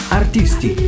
artisti